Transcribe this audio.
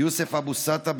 יוסף אבו סתה,